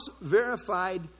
verified